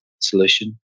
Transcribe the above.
solution